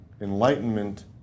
enlightenment